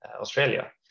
Australia